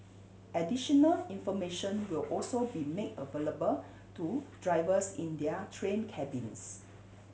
additional information will also be made available to drivers in their train cabins